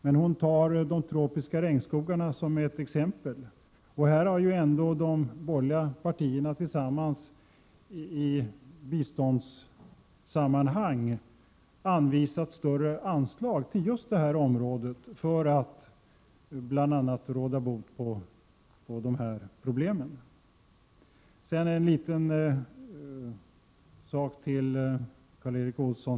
Men Margareta Winberg tar de tropiska regnskogarna som ett exempel, och där har ändå de borgerliga partierna tillsammans i biståndssammanhang föreslagit större anslag för att råda bot på dessa problem.